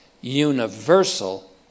universal